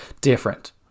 different